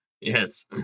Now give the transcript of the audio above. Yes